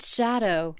Shadow